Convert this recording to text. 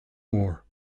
more